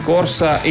Corsa